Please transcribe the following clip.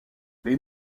les